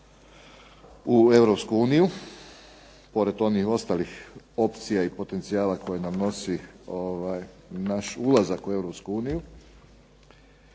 uniju, pored onih ostalih opcija i potencijala koje nam nosi naš ulazak u